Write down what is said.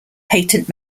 patent